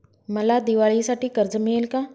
मला दिवाळीसाठी कर्ज मिळेल का?